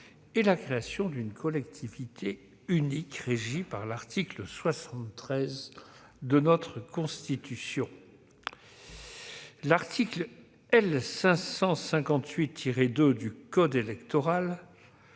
que la création d'une collectivité unique régie par l'article 73 de notre Constitution. L'article L. 558-2 du code électoral